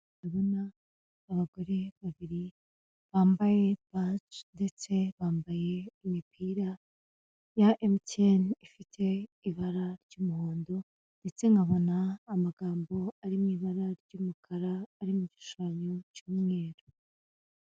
Ndabona abagore babiri bambaye baji ndetse bambaye imipira ya mtn ifite ibara ry'umuhondo, ndetse nkabona amagambo ari mw'ibara ry'umukara ari mu gishushanyo cy'umweru.